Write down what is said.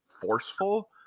forceful